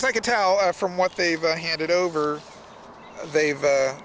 as i can tell from what they've handed over they've